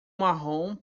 marrom